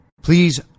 Please